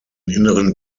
inneren